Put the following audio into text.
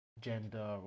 gender